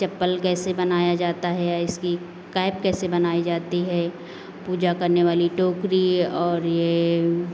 चप्पल कैसे बनाया जाता है या इसकी कैप कैसे बनाई जाती है पूजा करने वाली टोकरी और ये